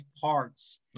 parts